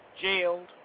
jailed